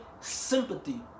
sympathy